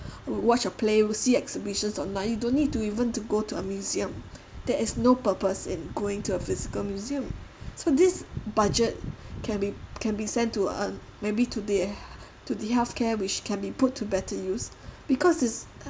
watch a play see exhibitions online you don't need to even to go to a museum there is no purpose in going to a physical museum so this budget can be can be sent to uh maybe to the to the healthcare which can be put to better use because it's